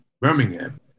Birmingham